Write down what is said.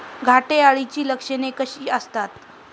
घाटे अळीची लक्षणे कशी असतात?